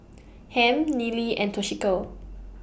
Hamp Neely and Toshiko